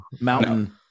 mountain